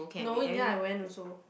no in the end I went also